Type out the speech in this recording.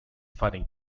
funny